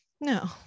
no